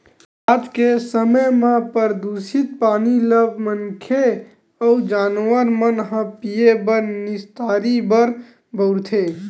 आज के समे म परदूसित पानी ल मनखे अउ जानवर मन ह पीए बर, निस्तारी बर बउरथे